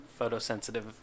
photosensitive